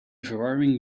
verwarming